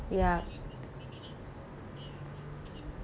yup